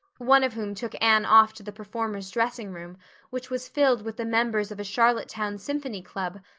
one of whom took anne off to the performers' dressing room which was filled with the members of a charlottetown symphony club,